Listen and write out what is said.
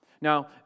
Now